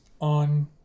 on